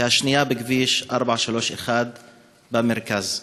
והשנייה בכביש 431 במרכז.